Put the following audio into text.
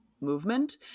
movement